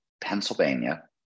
Pennsylvania